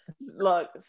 look